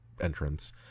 entrance